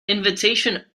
invitation